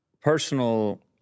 personal